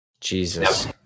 Jesus